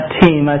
team